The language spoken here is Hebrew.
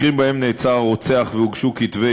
מקרים שבהם נעצר הרוצח והוגשו כתבי